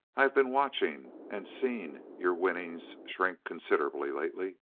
i been watching and seen your winnings shrink considerable lately.